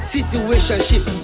Situationship